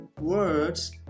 words